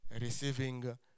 receiving